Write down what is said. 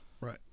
Right